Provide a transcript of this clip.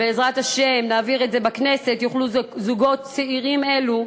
בעזרת השם נעביר את זה בכנסת יוכלו זוגות צעירים אלו,